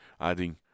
adding